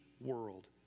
world